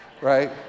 right